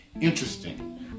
Interesting